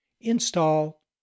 install